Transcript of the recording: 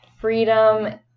freedom